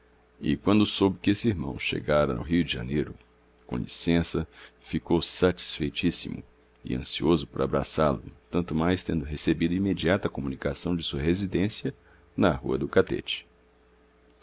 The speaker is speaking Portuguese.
e quando soube que esse irmão chegara ao rio de janeiro com licença ficou satisfeitíssimo e ansioso por abraçá-lo tanto mais tendo recebido imediata comunicação de sua residência na rua do